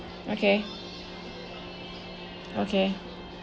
okay okay